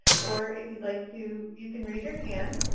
or if you'd like to, you can raise your hand.